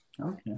okay